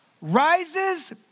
rises